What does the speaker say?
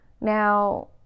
Now